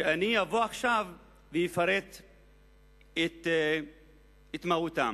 שאני אפרט עכשיו את מהותם.